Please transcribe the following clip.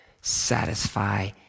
satisfy